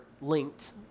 linked